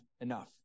enough